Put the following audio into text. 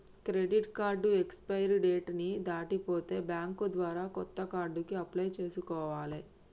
credit card expiry date ని దాటిపోతే bank ద్వారా కొత్త కార్డుకి అప్లై చేసుకోవాలే